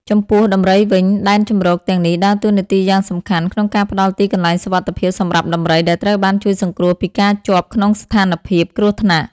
ចំពោះដំរីវិញ ដែនជម្រកទាំងនេះដើរតួនាទីយ៉ាងសំខាន់ក្នុងការផ្តល់ទីកន្លែងសុវត្ថិភាពសម្រាប់ដំរីដែលត្រូវបានជួយសង្គ្រោះពីការជាប់ក្នុងស្ថានភាពគ្រោះថ្នាក់។